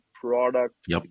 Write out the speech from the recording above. product